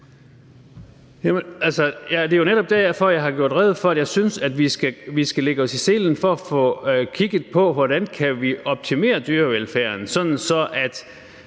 det er jo netop derfor, jeg har gjort rede for, at jeg synes, at vi skal lægge os i selen for at få kigget på, hvordan vi kan optimere dyrevelfærden,